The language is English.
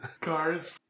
Cars